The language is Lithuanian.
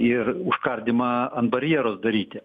ir užkardymą ant barjero daryti